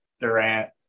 Durant